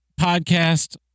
podcast